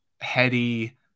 heady